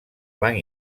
blanc